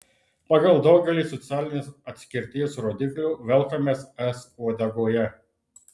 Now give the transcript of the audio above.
pagal daugelį socialinės atskirties rodiklių velkamės es uodegoje